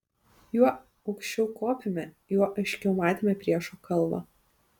juo aukščiau kopėme juo aiškiau matėme priešo kalvą